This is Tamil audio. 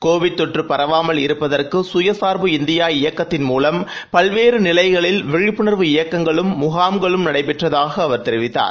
கோவிட் தொற்று பரவாமல் இருப்பதற்கு கயசார்பு இந்தியா இயக்கத்தின் மூலம் பல்வேறு நிலைகளில் விழிப்புணர்வு இயக்கங்களும் முகாம்களும் நடைபெற்றதாக அவர் தெரிவித்தார்